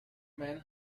men